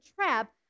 trap